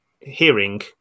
hearing